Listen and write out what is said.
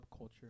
subculture